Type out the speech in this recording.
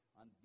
on